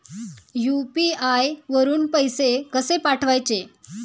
UPI वरून पैसे कसे पाठवायचे?